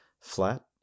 Flat